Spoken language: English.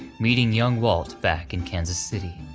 meeting young walt back in kansas city.